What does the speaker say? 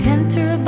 Enter